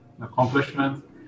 accomplishment